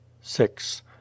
six